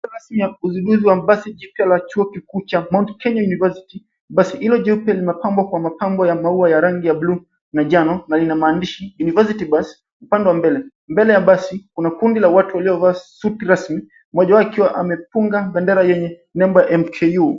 Rasmi ya uzinduzi wa basi jipya la chuo kikuu cha mount Kenya University . Basi hilo jeupe limepambwa kwa mapambo ya maua ya rangi ya buluu na njano na ina maandishi university bus upande wa mbele. Mbele ya basi kuna kundi la watu waliovaa suti rasmi mmoja wao akiwa amepunga bendera yenye nembo MKU.